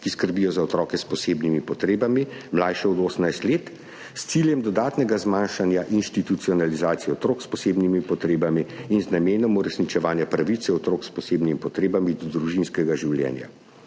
ki skrbijo za otroke s posebnimi potrebami, mlajše od 18 let, s ciljem dodatnega zmanjšanja institucionalizacije otrok s posebnimi potrebami in z namenom uresničevanja pravice otrok s posebnimi potrebami do družinskega življenja.